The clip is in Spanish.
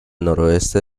noroeste